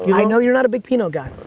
i know you're not a big pinot guy.